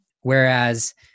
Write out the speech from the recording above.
Whereas